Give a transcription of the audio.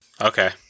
Okay